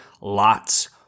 Lot's